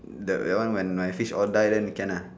the that one when my fish all die then can lah